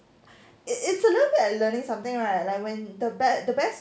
it is a little bit like learning something right like when the best the best